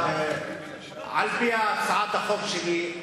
על-פי הצעת החוק שלי,